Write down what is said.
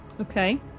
Okay